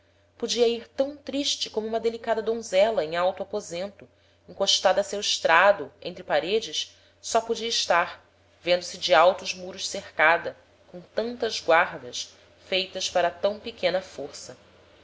podia ir tam triste como uma delicada donzela em alto aposento encostada a seu estrado entre paredes só podia estar vendo-se de altos muros cercada com tantas guardas feitas para tam pequena força